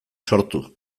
sortu